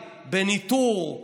בניטור,